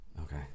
Okay